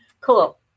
cool